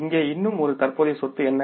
இங்கே இன்னும் ஒரு தற்போதைய சொத்து என்ன